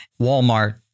Walmart